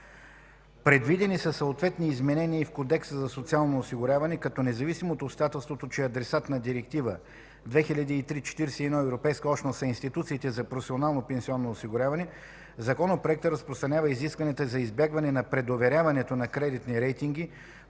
Предвидени са съответни изменения и в Кодекса за социално осигуряване, като независимо от обстоятелството, че адресат на Директива 2003/41/ЕО са институциите за професионално пенсионно осигуряване, законопроектът разпростира изискванията за избягване на предоверяването на кредитни рейтинги